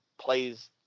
plays